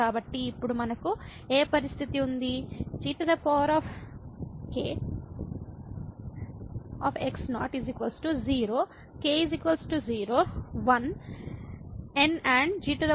కాబట్టి ఇప్పుడు మనకు ఏ పరిస్థితి ఉంది g 0 k 0 1 n∧gn1 n1